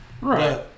Right